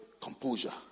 Composure